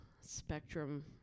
spectrum